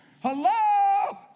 Hello